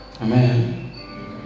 Amen